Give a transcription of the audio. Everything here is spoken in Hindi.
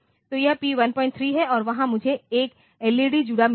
तो यह P13 है और वहां मुझे 1 एलईडी जुड़ा मिला है